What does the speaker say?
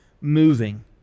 moving